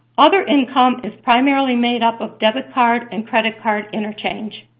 other income is primarily made up of debit card and credit card interchange.